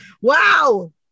Wow